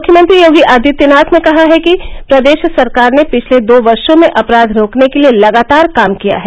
मुख्यमंत्री योगी आदित्यनाथ ने कहा कि प्रदेश सरकार ने पिछले दो वर्षो में अपराघ रोकने के लिए लगातार काम किया है